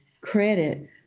credit